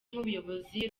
nk’ubuyobozi